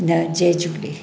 न जय झूले